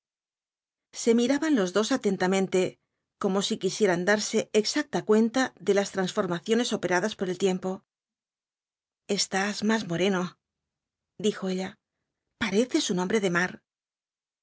se miraban los dos atentamente como si quisieran darse exacta cuenta de las transformaciones operadas por el tiempo estás más moreno dijo ella pareces un hambre de mar